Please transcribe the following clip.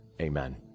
Amen